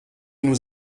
nous